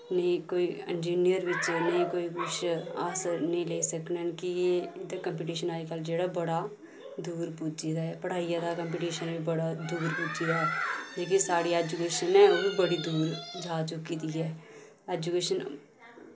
नेईं कोई इन्जीनियर बिच्च नेईं कोई कुछ अस नेईं लेई सकने हैन कि के इंदा कम्पीटिशन अज्जकल जेह्ड़ा बडा दूर पुज्जी गेदा ऐ पढ़ाई दा कम्पीटिशन बी बड़ा दूर पुज्जी गेदा ऐ जेहकी साढ़ी ऐजुकेशन ऐ ओह् बी बड़ी दूर जा चुकी दी ऐ ऐजुकेशन